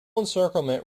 encirclement